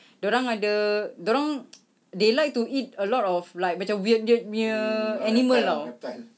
dia orang ada dia orang they like to eat a lot of like macam weird weird punya animal tahu